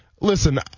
listen